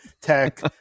Tech